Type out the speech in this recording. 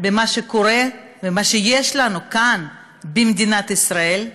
במה שקורה, ובמה שיש לנו כאן במדינת ישראל.